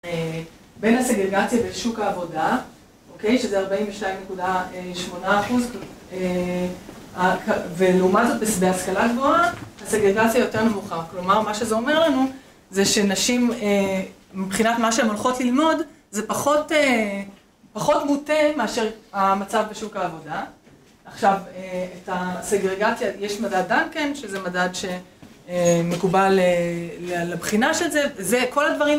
בין הסגרגציה ושוק העבודה, אוקיי, שזה 42.8 אחוז ולעומת בהשכלה גבוהה, הסגרגציה יותר נמוכה. כלומר, מה שזה אומר לנו, זה שנשים מבחינת מה שהן הולכות ללמוד, זה פחות מוטה מאשר המצב בשוק העבודה. עכשיו, את הסגרגציה, יש מדד דנקן, שזה מדד שמקובל לבחינה של זה. זה כל הדברים...